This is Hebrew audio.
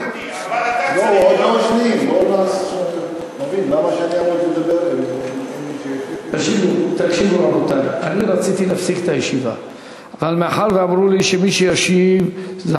שמעתי, אבל אתה צריך להיות, לא, הוא עוד לא השלים.